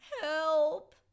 help